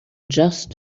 just